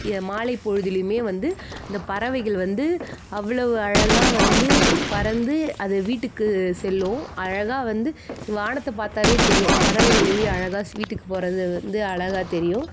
எ மாலை பொழுதுலியுமே வந்து இந்த பறவைகள் வந்து அவ்வளவு அழகாக வந்து பறந்து அது வீட்டுக்கு செல்லும் அழகாக வந்து வானத்தை பார்த்தாவே தெரியும் பறவைகள் எப்படி அழகாக வீட்டுக்கு போகிறது அது வந்து அழகா தெரியும்